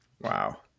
Wow